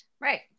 Right